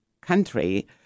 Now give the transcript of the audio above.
country